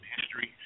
history